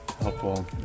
helpful